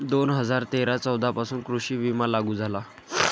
दोन हजार तेरा चौदा पासून कृषी विमा लागू झाला